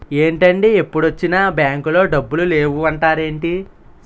ఏంటండీ ఎప్పుడొచ్చినా బాంకులో డబ్బులు లేవు అంటారేంటీ?